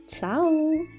Ciao